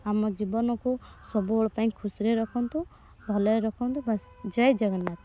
ଆମ ଜୀବନକୁ ସବୁବେଳ ପାଇଁ ଖୁସିରେ ରଖନ୍ତୁ ଭଲରେ ରଖନ୍ତୁ ବାସ ଜୟ ଜଗନ୍ନାଥ